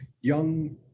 young